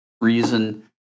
reason